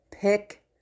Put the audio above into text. pick